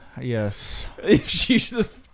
yes